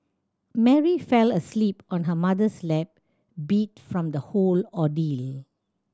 Mary fell asleep on her mother's lap beat from the whole ordeal